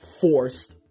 forced